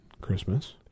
Christmas